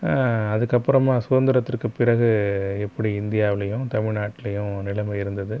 அதுக்கு அப்புறமா சுகந்திரத்துக்கு பிறகு எப்படி இந்தியாவுலேயும் தமிழ் நாட்டிலேயும் நிலமை இருந்தது